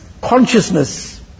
consciousness